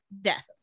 death